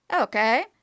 Okay